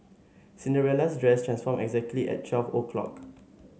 Cinderella's dress transformed exactly at twelve o'clock